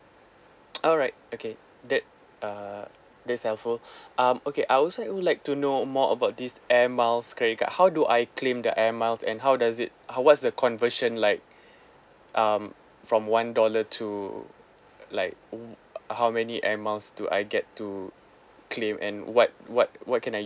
alright okay that uh that's helpful um okay I also I would like to know more about this air miles credit card how do I claim the air miles and how does it how what's the conversion like um from one dollar to like uh how many air miles to I get to claim and what what what can I